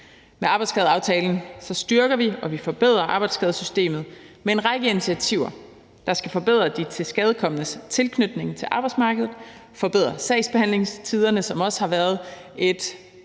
Med arbejdsskadeaftalen styrker og forbedrer vi arbejdsskadesystemet med en række initiativer, der skal forbedre de tilskadekomnes tilknytning til arbejdsmarkedet, forbedre sagsbehandlingstiderne, som også har været et